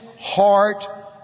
heart